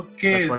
Okay